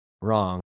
Wrong